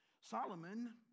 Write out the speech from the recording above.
Solomon